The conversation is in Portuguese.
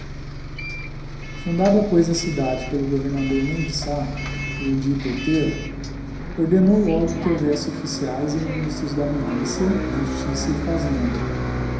fundada pois a cidade pelo governador mem de sá em o dito outeiro ordenou logo que houvesse oflficiaes e ministros da milícia justiça e fazenda